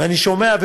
ואני שומע,